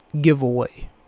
giveaway